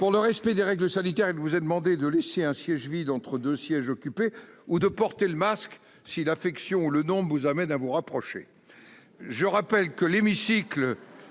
Gouvernement. Je rappelle qu'il vous est demandé de laisser un siège vide entre deux sièges occupés ou de porter un masque si l'affection ou le nombre vous amène à vous rapprocher. Je rappelle que l'hémicycle